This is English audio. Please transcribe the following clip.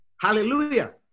Hallelujah